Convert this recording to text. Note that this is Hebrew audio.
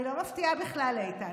אני לא מפתיעה בכלל, איתן.